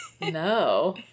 No